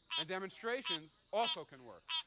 and demonstrations, also can work.